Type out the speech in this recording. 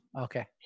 Okay